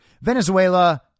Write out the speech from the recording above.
Venezuela